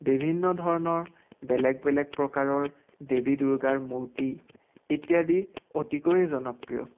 বিভিন্ন ধৰণৰ বেলেগ বেলেগ প্ৰকাৰৰ দেৱী দুৰ্গাৰ মূৰ্তি ইত্যাদি অতিকৈ জনপ্ৰিয়